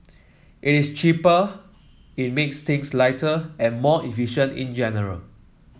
it is cheaper it makes things lighter and more efficient in general